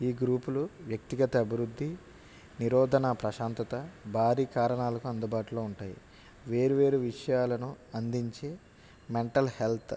ఈ గ్రూపులు వ్యక్తిగత అభివృద్ధి నిరోధన ప్రశాంతత భారీ కారణాలకు అందుబాటులో ఉంటాయి వేర్వేరు విషయాలను అందించి మెంటల్ హెల్త్